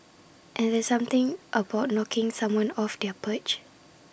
and there's something about knocking someone off their perch